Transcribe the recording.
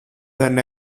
δεν